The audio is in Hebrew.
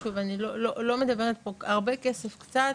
שוב, אני לא מדברת פה הרבה כסף, קצת,